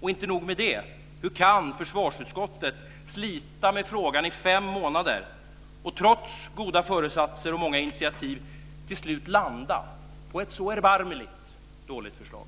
Det är inte nog med det. Hur kan försvarsutskottet slita med frågan i fem månader och trots goda föresatser och många initiativ till slut landa på ett så erbarmligt dåligt förslag?